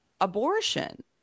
abortion